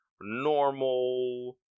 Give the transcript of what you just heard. normal